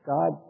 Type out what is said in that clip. God